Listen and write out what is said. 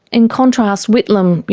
in contrast whitlam,